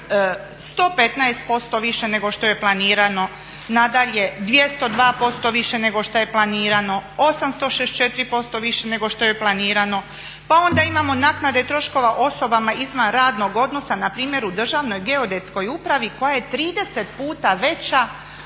115% više nego što je planirano, nadalje 202% više nego što je planirano, 864 % više nego što je planirano. Pa onda imamo naknade troškova osobama izvan radnog odnosa npr. u Državnoj geodetskoj upravi koja je 30 puta veća